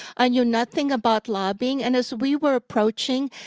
i knew nothing about lobbying, and as we were approaching,